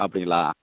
அப்படிங்களா